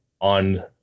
on